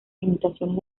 limitaciones